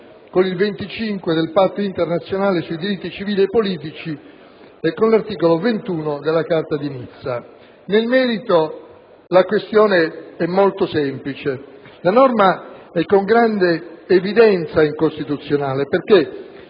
25 del Patto internazionale sui diritti civili e politici e con l'articolo 21 della Carta di Nizza. Nel merito la questione è molto semplice. La norma è con grande evidenza incostituzionale perché,